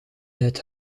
het